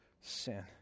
sin